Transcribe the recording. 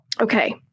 Okay